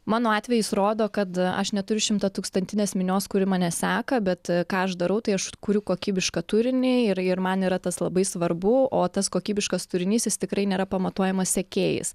mano atvejis rodo kad aš neturiu šimtatūkstantinės minios kuri mane seka bet ką aš darau tai aš kuriu kokybišką turinį ir ir man yra tas labai svarbu o tas kokybiškas turinys jis tikrai nėra pamatuojamas sekėjais